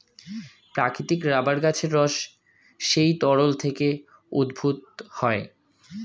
প্রাকৃতিক রাবার গাছের রস সেই তরল থেকে উদ্ভূত হয়